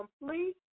complete